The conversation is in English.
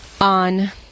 on